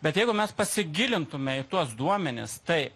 bet jeigu mes pasigilintume į tuos duomenis tai